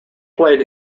played